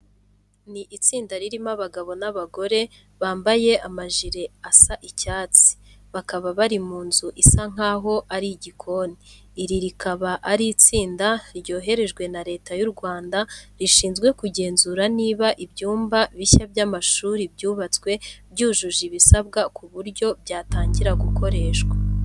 Ni itsinda ririmo abagabo n'abagore, bambaye amajire asa icyatsi, bakaba bari mu nzu isa nkaho ari igikoni. Iri rikaba ari itsinda ryoherejwe na Leta y'u Rwanda rishinzwe kugenzura niba ibyumba bishya by'amashuri byubatswe byujuje ibisabwa ku buryo byatangira gukoreshwa.